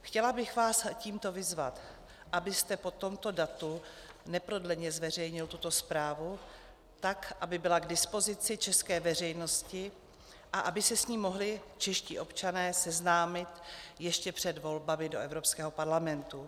Chtěla bych vás tímto vyzvat, abyste po tomto datu neprodleně zveřejnil tuto zprávu, tak aby byla k dispozici české veřejnosti a aby se s ní mohli čeští občané seznámit ještě před volbami do Evropského parlamentu.